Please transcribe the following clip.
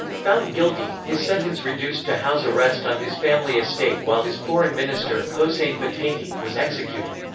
found guilty his sentence reduced to house arrest on his family estate while his foreign minister, hossein fatemi, was executed.